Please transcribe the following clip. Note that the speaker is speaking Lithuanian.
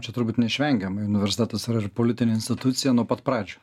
čia turbūt neišvengiamai universitetas yra ir politinė institucija nuo pat pradžių